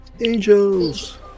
Angels